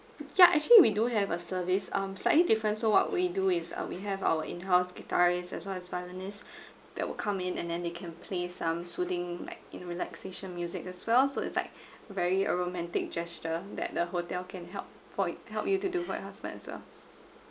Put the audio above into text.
yeah actually we do have a service um slightly different so what we do is uh we have our in house guitarist as well as violinist that will come in and then they can play some soothing like in relaxation music as well so it's like very a romantic gesture that the hotel can help for help you to do for your husband as well